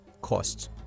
costs